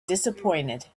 disappointed